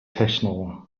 techno